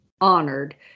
honored